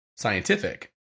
scientific